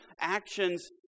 Actions